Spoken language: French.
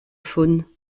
faune